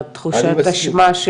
תחושת האשמה,